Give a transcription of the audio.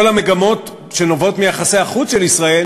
המגמות שנובעות מיחסי החוץ של ישראל,